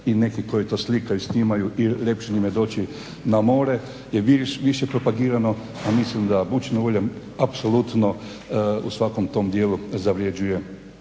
i neki koji to slikaju, snimaju, ljepše im je doći na more je više propagirano a mislim da bučino ulje apsolutno u svakom tom dijelu zavređuje